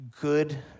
good